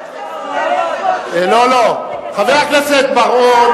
לא, חבר הכנסת בר-און.